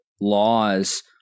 laws